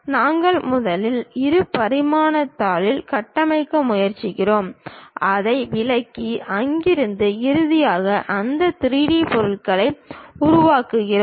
நாங்கள் முதலில் இரு பரிமாண தாளில் கட்டமைக்க முயற்சிக்கிறோம் அதை விளக்கி அங்கிருந்து இறுதியாக அந்த 3D பொருள்களை உருவாக்குகிறோம்